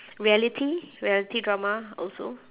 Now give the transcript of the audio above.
reality reality drama also